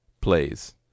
Plays